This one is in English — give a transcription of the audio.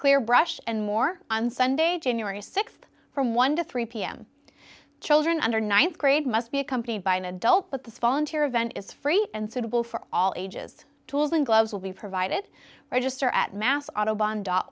clear brush and more on sunday january th from one dollar to three pm children under th grade must be accompanied by an adult but the volunteer event is free and suitable for all ages tools and gloves will be provided register at mass autobahn dot